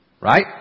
right